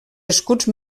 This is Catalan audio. escuts